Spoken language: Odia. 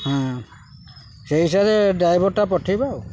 ହଁ ସେଇ ହିସାବରେ ଡ୍ରାଇଭର୍ଟା ପଠେଇବା ଆଉ